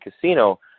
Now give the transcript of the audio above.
casino